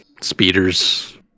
speeders